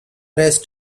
rest